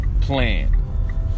plan